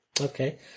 Okay